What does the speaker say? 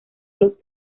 los